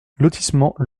lotissement